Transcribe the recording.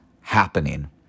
happening